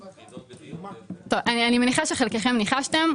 אני מניחה שחלקכם ניחשתם.